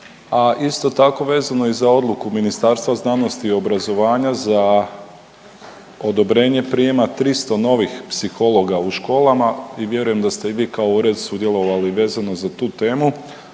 A isto tako vezano i za odluku Ministarstva znanosti, obrazovanja za odobrenje prijema tristo novih psihologa u školama i vjerujem da ste i vi kao ured sudjelovali vezano za tu temu,